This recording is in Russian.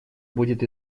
будет